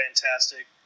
fantastic